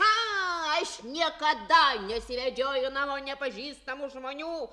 aš niekada nesivedžioju namo nepažįstamų žmonių